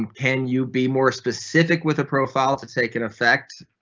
and can you be more specific with a profile to taken effect